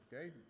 Okay